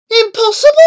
Impossible